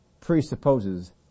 presupposes